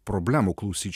problemų klausyt